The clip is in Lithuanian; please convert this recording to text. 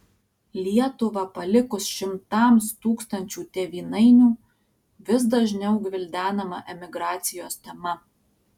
lietuvą palikus šimtams tūkstančių tėvynainių vis dažniau gvildenama emigracijos tema